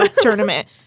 tournament